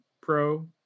pro